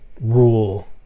rule